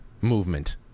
movement